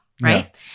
Right